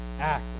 act